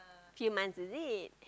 few months is it